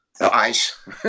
Ice